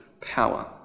power